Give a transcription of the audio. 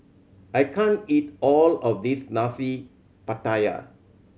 I can't eat all of this Nasi Pattaya